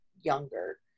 younger